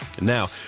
Now